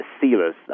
sealers